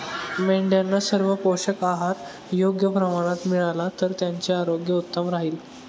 मेंढ्यांना सर्व पोषक आहार योग्य प्रमाणात मिळाला तर त्यांचे आरोग्य उत्तम राहील